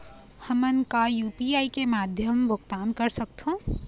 हमन का यू.पी.आई के माध्यम भुगतान कर सकथों?